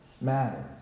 matters